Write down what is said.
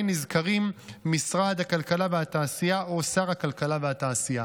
בישראל לזכויות אלו מושתתות על ההכרה בעקרון השוויון,